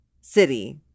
city